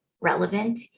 relevant